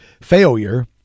failure